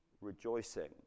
rejoicing